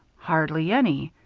hardly any.